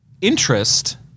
interest